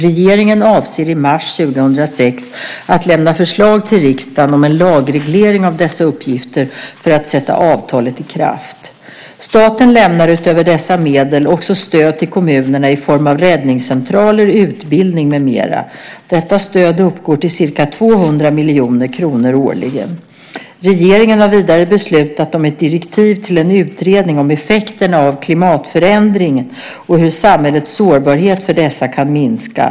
Regeringen avser i mars 2006 att lämna förslag till riksdagen om en lagreglering av dessa uppgifter för att sätta avtalet i kraft. Staten lämnar utöver dessa medel också stöd till kommunerna i form av räddningscentraler, utbildning med mera. Detta stöd uppgår till ca 200 miljoner kronor årligen. Regeringen har vidare beslutat om ett direktiv till en utredning om effekterna av klimatförändringen och hur samhällets sårbarhet för dessa kan minska .